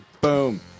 Boom